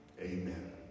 Amen